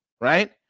right